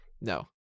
no